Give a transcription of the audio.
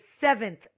seventh